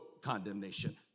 condemnation